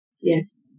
Yes